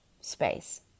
...space